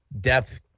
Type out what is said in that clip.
depth